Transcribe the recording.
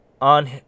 on